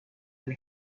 been